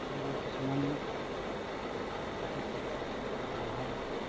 মেডিকেলত কিছুমান দৰৱ পাতি খালে ঔষধ পাতি খালে ভাল হয়